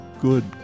good